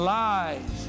lies